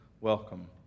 welcome